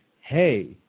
hey